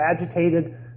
agitated